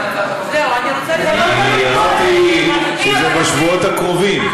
אני אמרתי שזה בשבועות הקרובים.